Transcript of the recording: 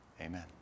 amen